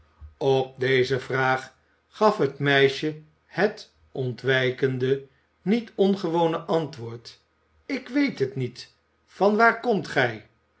op deze vraag gaf het meisje het ontwijkende niet ongewone antwoord ik weet het niet van waar komt gij